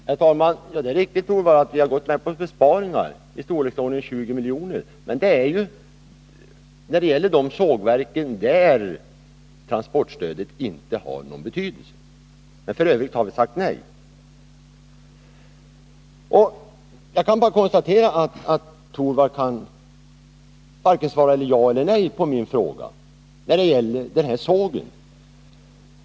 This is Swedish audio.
Herr talman! Ja, det är riktigt, Rune Torwald, att vi har gått med på besparingar i storleksordningen 20 milj.kr., men av de besparingarna berörs endast så belägna sågverk att transportstödet inte har någon betydelse. I andra fall har vi sagt nej. Jag kan konstatera att Rune Torwald inte kan svara vare sig ja eller nej på min fråga om sågen i Kalix.